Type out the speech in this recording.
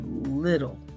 little